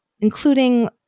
Including